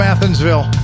Athensville